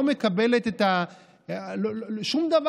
לא מקבלת,